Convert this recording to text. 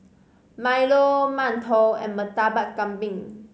milo mantou and Murtabak Kambing